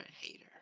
hater